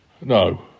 No